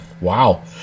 Wow